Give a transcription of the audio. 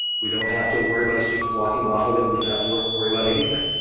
we don't have to worry about a student walking off with it. we don't have to worry about anything.